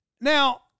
now